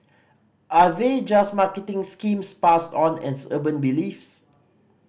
are they just marketing schemes passed on as urban beliefs